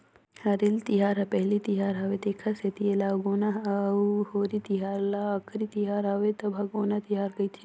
हरेली तिहार हर पहिली तिहार हवे तेखर सेंथी एला उगोना अउ होरी तिहार हर आखरी तिहर हवे त भागोना तिहार कहथें